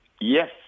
Yes